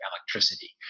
electricity